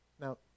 Now